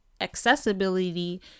accessibility